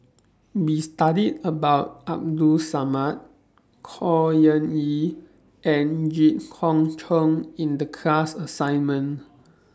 We studied about Abdul Samad Khor Ean Ghee and Jit Koon Ch'ng in The class assignment